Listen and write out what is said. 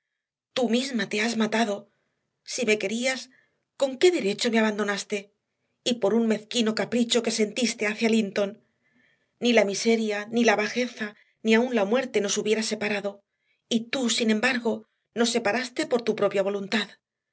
tú misma te has matado si me querías con qué derecho me abandonaste y por un mezquino capricho que sentiste hacia linton ni la miseria ni la bajeza ni aun la muerte nos hubiera separado y tú sin embargo nos separaste por tu propia voluntad